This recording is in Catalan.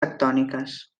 tectòniques